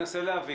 אני מנסה להבין.